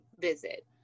visit